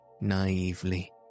naively